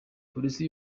polisi